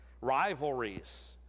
Rivalries